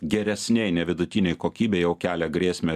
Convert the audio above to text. geresnėj ne vidutinėj kokybėj o kelia grėsmę